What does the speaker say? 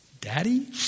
Daddy